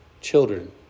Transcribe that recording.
children